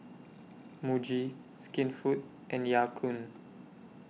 Muji Skinfood and Ya Kun